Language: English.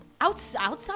Outside